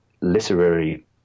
literary